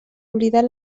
oblidar